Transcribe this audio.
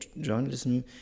journalism